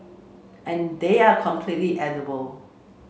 and they are completely edible